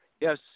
Yes